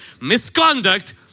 misconduct